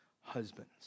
husbands